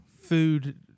food